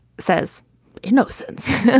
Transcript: says innocence.